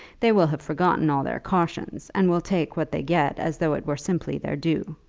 they will have forgotten all their cautions, and will take what they get as though it were simply their due.